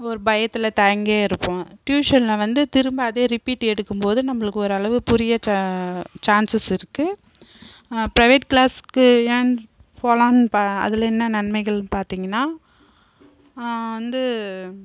ஒரு பயத்தில் தயங்கியே இருப்போம் டியூஷன்ல வந்து திரும்ப அதே ரிப்பீட் எடுக்கும்போது நம்மளுக்கு ஓரளவு புரிய சா சான்சஸ் இருக்குது ப்ரைவேட் க்ளாஸ்க்கு ஏன்னு போகலான்னு பா அதில் என்ன நன்மைகள்ன்னு பார்த்திங்கன்னா வந்து